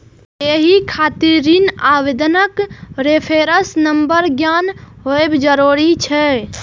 एहि खातिर ऋण आवेदनक रेफरेंस नंबर ज्ञात होयब जरूरी छै